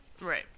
Right